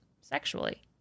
sexually